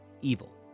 evil